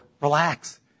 relax